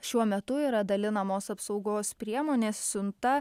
šiuo metu yra dalinamos apsaugos priemonės siunta